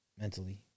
mentally